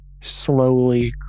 slowly